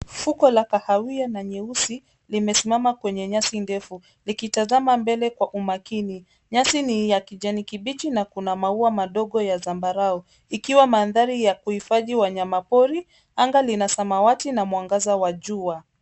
Fuko la kahawia na nyeusi limesimama kwenye nyasi ndefu likitazama mbele kwa umakini. Nyasi ni ya kijani kibichi na kuna maua madogo ya zambarau ikiwa mandhari ya kuhifadhi wanyama pori. Anga Lina samawati na mwangaza wa jua.